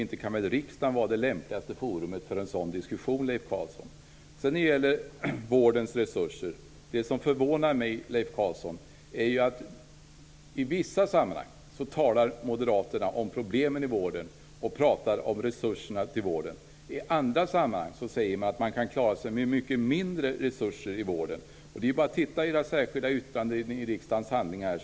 Inte kan väl riksdagen vara det lämpligaste forumet för en sådan diskussion, Leif Carlson? Det förvånar mig, Leif Carlson, att i vissa sammanhang talar moderaterna om problemen i vården och om resurserna till vården. I andra sammanhang säger man att man kan klara sig med mycket mindre resurser i vården. Det är bara att titta i era särskilda yttranden i riksdagens handlingar.